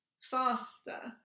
faster